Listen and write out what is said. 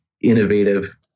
innovative